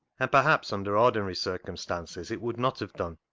and perhaps under ordinary circumstances it would not have done.